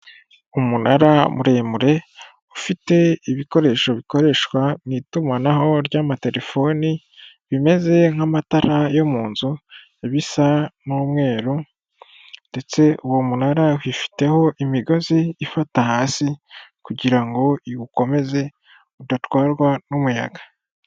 Umunara muremure ufite ibikoresho bikoreshwa mu itumanaho ry'amatelefoni, bimeze nk'amatara yo mu nzu biba bisa n'umweru ndetse uwo munara wifiteho imigozi ifata hasi kugira ngo iwukomeze udatwarwa n'umuyaga.